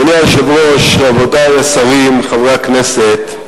אדוני היושב-ראש, רבותי השרים, חברי הכנסת,